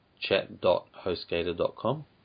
Chat.hostgator.com